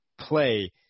play